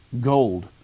gold